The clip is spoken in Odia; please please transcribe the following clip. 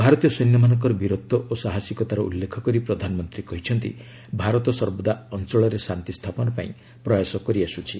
ଭାରତୀୟ ସୈନ୍ୟମାନଙ୍କର ବୀରତ୍ୱ ଓ ସାହସିକତାର ଉଲ୍ଲେଖକରି ପ୍ରଧାନମନ୍ତ୍ରୀ କହିଛନ୍ତି ଭାରତ ସର୍ବଦା ଅଞ୍ଚଳରେ ଶାନ୍ତି ସ୍ଥାପନ ପାଇଁ ପ୍ରୟାସ କରିଆସୁଛି